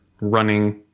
running